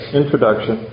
introduction